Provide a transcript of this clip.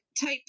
type